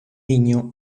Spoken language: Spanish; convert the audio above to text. niño